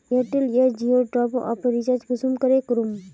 Airtel या जियोर top up recharge कुंसम करे करूम?